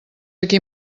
aquí